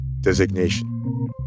designation